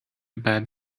bed